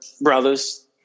brothers